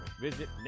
Visit